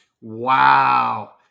Wow